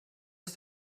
ist